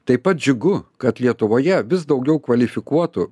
taip pat džiugu kad lietuvoje vis daugiau kvalifikuotų